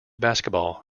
basketball